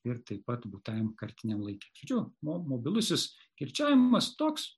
ir taip pat būtajam kartiniam laike žodžiu mo mobilusis kirčiavimas toks